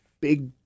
big